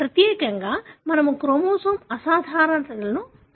ప్రత్యేకంగా మనము క్రోమోజోమ్ అసాధారణతలను పరిశీలిస్తాము